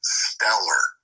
stellar